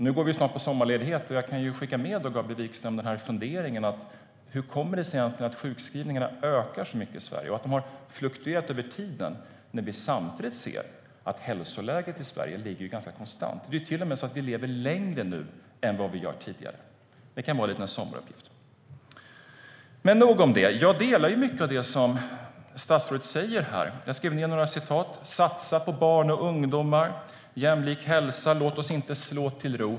Nu går vi snart på sommarledighet. Jag kan då skicka med Gabriel Wikström följande fundering: Hur kommer det sig egentligen att sjukskrivningarna ökar så mycket i Sverige och att de har fluktuerat över tiden, när vi samtidigt ser att hälsoläget i Sverige ligger ganska konstant? Det är till och med så att vi lever längre nu än vi gjorde tidigare. Det kan vara en liten sommaruppgift. Men nog om detta. Jag delar mycket av det som statsrådet säger här. Jag skrev några saker som statsrådet sa: satsa på barn och ungdomar, jämlik hälsa, låt oss inte slå oss till ro.